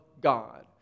God